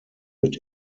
mit